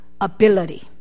ability